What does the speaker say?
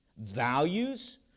values